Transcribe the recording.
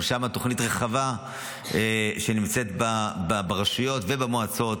גם שם תוכנית רחבה שנמצאת ברשויות ובמועצות,